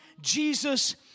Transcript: Jesus